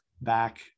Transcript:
back